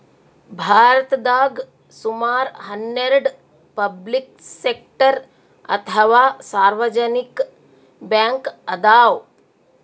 ಭಾರತದಾಗ್ ಸುಮಾರ್ ಹನ್ನೆರಡ್ ಪಬ್ಲಿಕ್ ಸೆಕ್ಟರ್ ಅಥವಾ ಸಾರ್ವಜನಿಕ್ ಬ್ಯಾಂಕ್ ಅದಾವ್